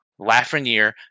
Lafreniere